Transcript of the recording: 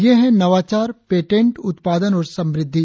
ये हैं नवाचार पेटेंट उत्पादन और समृद्धि